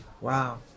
Wow